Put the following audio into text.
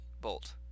bolt